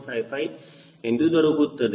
55 ಎಂದು ದೊರಕುತ್ತದೆ